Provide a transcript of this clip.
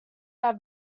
have